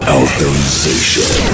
authorization